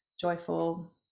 joyful